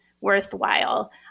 worthwhile